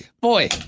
boy